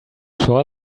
sure